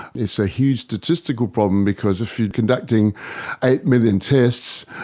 it's a huge statistical problem because if you're conducting eight million tests,